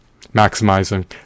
maximizing